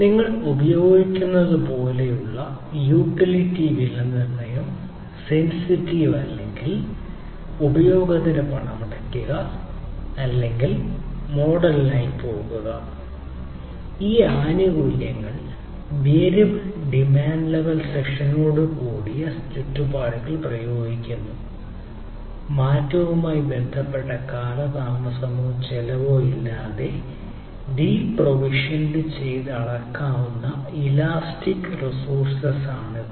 നിങ്ങൾ ഉപയോഗിക്കുന്നതുപോലുള്ള യൂട്ടിലിറ്റി ആണ് ഇത്